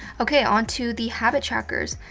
okay, on to the habit trackers.